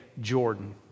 Jordan